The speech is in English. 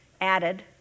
added